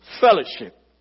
fellowship